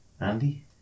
Andy